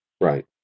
Right